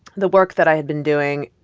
the work that i had been doing,